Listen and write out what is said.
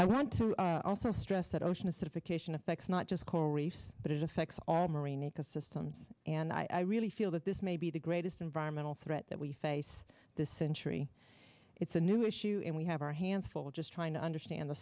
i want to also stress that ocean acidification affects not just coral reefs but it affects all marine ecosystems and i really feel that this may be the greatest environmental threat that we face this century it's a new issue and we have our hands full just trying to understand the